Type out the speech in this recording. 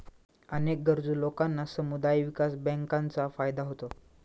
अनेक गरजू लोकांना समुदाय विकास बँकांचा फायदा होतो